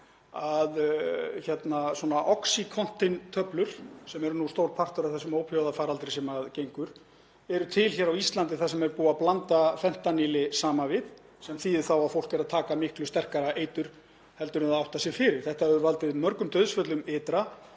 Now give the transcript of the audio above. að svona oxycontin-töflur, sem eru stór partur af þessum ópíóíðafaraldri sem gengur, eru til hér á Íslandi þar sem búið er að blanda fentanýli saman við, sem þýðir þá að fólk er að taka miklu sterkara eitur en það áttar sig á. Þetta hefur valdið mörgum dauðsföllum ytra.